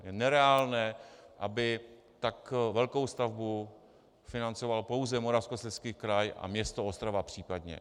Je nereálné, aby tak velkou stavbu financoval pouze Moravskoslezský kraj a město Ostrava případně.